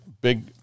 big